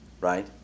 right